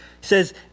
says